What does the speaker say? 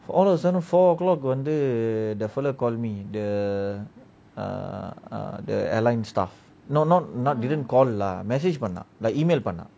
for all of a sudden four o'clock வந்து:vanthu the feller call me the err err the airline staff no no not didn't call lah message பண்ணான்:pannaan email பண்ணான்:pannaan